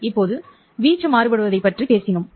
இப்போது வீச்சு மாறுபடுவதைப் பற்றி பேசினோம்